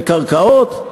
בקרקעות,